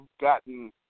gotten